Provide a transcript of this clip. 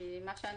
ממה שאני